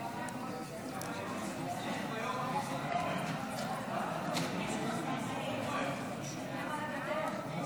קובע שההצעה לא התקבלה מכיוון שלא קיבלה את הרוב הדרוש.